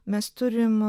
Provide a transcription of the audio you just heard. mes turim